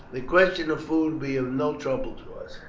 the question of food will be of no trouble to us,